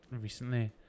recently